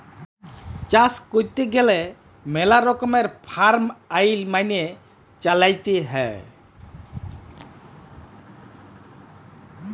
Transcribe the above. চাষ ক্যইরতে গ্যালে ম্যালা রকমের ফার্ম আইল মালে চ্যইলতে হ্যয়